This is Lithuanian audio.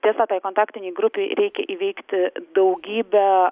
tiesa tai kontaktinei grupei reikia įveikti daugybę